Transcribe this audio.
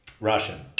Russian